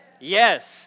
Yes